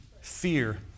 fear